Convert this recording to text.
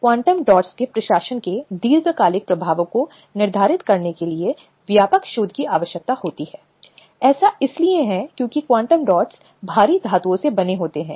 कभी कभी कई प्रकार के मर्दाना व्यवहार होते हैं जो वहां हो सकते हैं और वे देख सकते हैं या नहीं देख सकते हैं कुछ व्यवहार बुरा होने के रूप में या यौन होने के रूप में जो कि सारहीन है